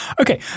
Okay